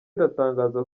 iratangaza